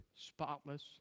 spotless